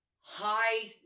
high